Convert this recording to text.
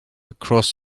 across